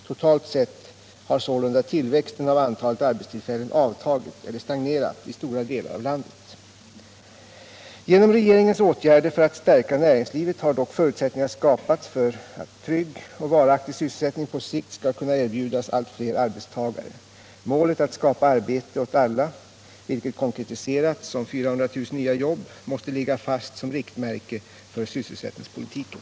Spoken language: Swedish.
Totalt sett har sålunda tillväxten av antalet arbetstillfällen avtagit eller stagnerat i stora delar av landet. Genom regeringens åtgärder för att stärka näringslivet har dock förutsättningar skapats för att trygg och varaktig sysselsättning på sikt skall kunna erbjudas allt fler arbetstagare. Målet att skapa arbete åt alla, vilket konkretiserats som 400 000 nya jobb, måste ligga fast som riktmärke för sysselsättningspolitiken.